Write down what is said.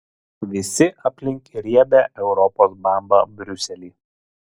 visi aplink riebią europos bambą briuselį